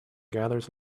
gathers